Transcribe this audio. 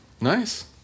Nice